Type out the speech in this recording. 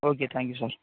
okay thank you sir